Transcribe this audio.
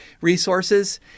resources